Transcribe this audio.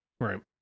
Right